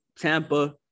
Tampa